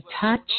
touch